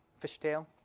fishtail